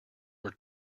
were